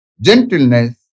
gentleness